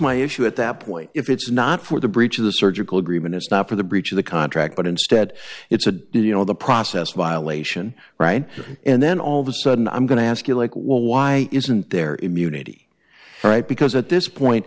my issue at that point if it's not for the breach of the surgical agreement it's not for the breach of the contract but instead it's a you know the process violation right and then all of a sudden i'm going to ask you like well why isn't there immunity right because at this point